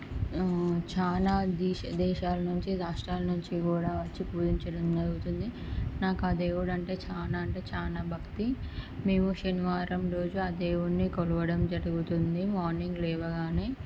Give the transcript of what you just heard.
చాలా దేశ దేశాల నుంచి రాష్ట్రాల నుంచి కూడా వచ్చి పూజించడం జరుగుతుంది నాకు ఆ దేవుడు అంటే చాలా అంటే చాలా భక్తి మేము శనివారం రోజు ఆ దేవుణ్ణి కొలవడం జరుగుతుంది మార్నింగ్ లేవగానే